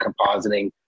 compositing